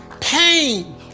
Pain